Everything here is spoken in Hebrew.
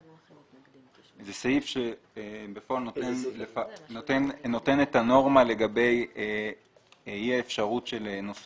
זה סעיף שבפועל נותן את הנורמה לגבי אי האפשרות של נושא